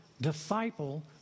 disciple